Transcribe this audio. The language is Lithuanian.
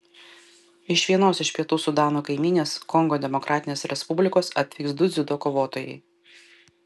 iš vienos iš pietų sudano kaimynės kongo demokratinės respublikos atvyks du dziudo kovotojai